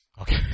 okay